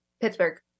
Pittsburgh